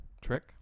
Trick